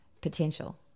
potential